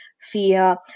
fear